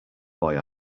boy